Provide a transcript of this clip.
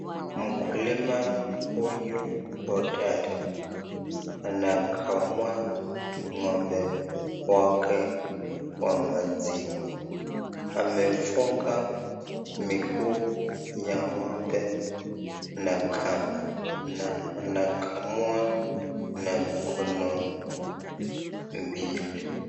Mkulima huyu hodari anakamua ngo'mbe wake wa maziwa amefunga miguu ya ngo'mbe na kamba na anakamua na mkono mbili.